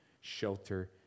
shelter